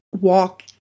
walk